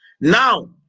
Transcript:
Now